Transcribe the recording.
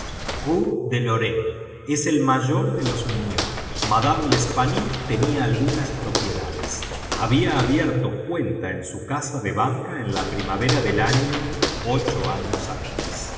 de loraine es el mayor de los mignaud madame l'espanaye tenía algunas propiedades había abierto cuenta en su casa de banca en la primavera del año